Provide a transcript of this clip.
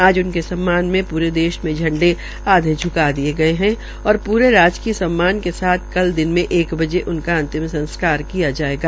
आज उनके सम्मान में पुरे देश में झंडे आधे झ्का दिये गये है और पुरे राजकीय सम्मान के साथ कल दिन के एक बजे उनका अंतिम संस्कार किया जायेगा